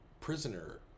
prisoner